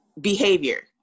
behavior